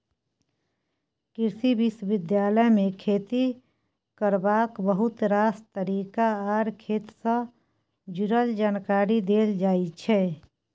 कृषि विश्वविद्यालय मे खेती करबाक बहुत रास तरीका आर खेत सँ जुरल जानकारी देल जाइ छै